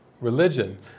religion